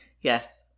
Yes